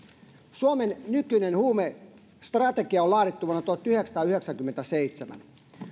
suomen nykyinen huumestrategia on laadittu vuonna tuhatyhdeksänsataayhdeksänkymmentäseitsemän